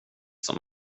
som